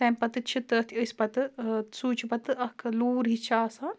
تَمہِ پَتہٕ چھِ تٔتھۍ أسۍ پَتہٕ سُے چھِ پَتہٕ اَکھ لوٗر ہِش چھِ آسان